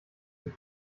die